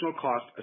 cost